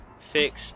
Fixed